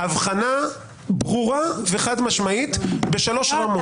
-- הבחנה ברורה וחד-משמעית בשלוש רמות.